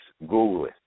Google